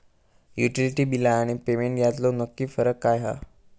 Utility बिला आणि payment यातलो नक्की फरक काय हा?